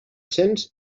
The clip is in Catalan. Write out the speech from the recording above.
cents